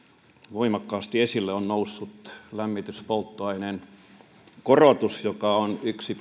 voimakkaasti esille on noussut lämmityspolttoaineen hinnan korotus joka on yksi